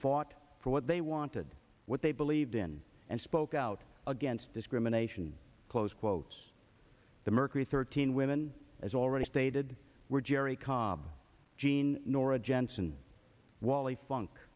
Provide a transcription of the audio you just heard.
fought for what they wanted what they believed in and spoke out against discrimination close quotes the mercury thirteen women as already stated were jerry cobb gene nora jensen wally funk